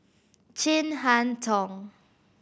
Chin Harn Tong